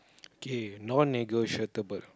K no negotiable